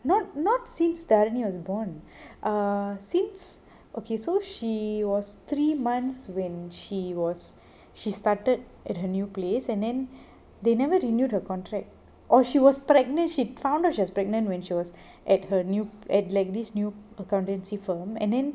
not not since tharani was born a since okay so she was three months when she was she started at her new place and then they never renewed her contract or she was pregnant she found out she was pregnant when she was at her new at like this new accountancy firm and then